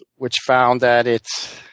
which found that it